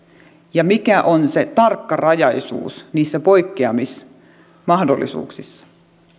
ja mikä on se tarkkarajaisuus niissä poikkeamismahdollisuuksissa